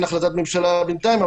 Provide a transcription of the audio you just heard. אין החלטת ממשלה בינתיים,